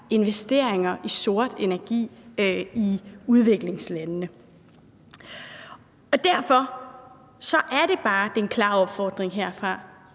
investeringer i sort energi i udviklingslandene. Derfor er det bare den klare opfordring herfra: